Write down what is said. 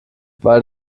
weil